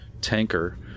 tanker